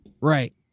Right